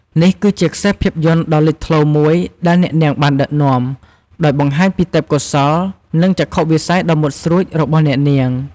នេះគឺជាខ្សែភាពយន្តដ៏លេចធ្លោមួយដែលអ្នកនាងបានដឹកនាំ ដោយបង្ហាញពីទេពកោសល្យ និងចក្ខុវិស័យដ៏មុតស្រួចរបស់អ្នកនាង។